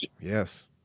Yes